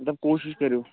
دَپ کوٗشِش کٔرِو